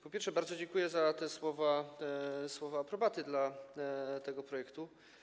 Po pierwsze, bardzo dziękuję za te słowa, słowa aprobaty dla tego projektu.